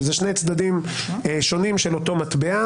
שאלה שני צדדים שונים של אותו מטבע,